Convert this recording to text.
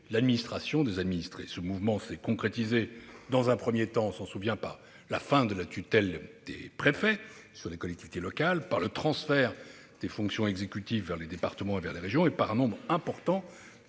l'administration des administrés. Ce mouvement s'est concrétisé, dans un premier temps, par la fin de la tutelle des préfets sur les collectivités locales, par le transfert des fonctions exécutives vers les départements et vers les régions et par un nombre important